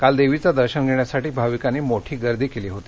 काल देवीचे दर्शन घेण्यासाठी भाविकांनी एकच गर्दी केली होती